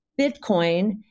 Bitcoin